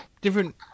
different